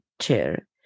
chair